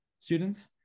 Students